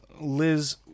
Liz